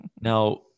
Now